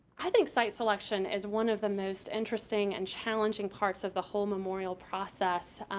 i think site selection is one of the most interesting and challenging parts of the whole memorial process.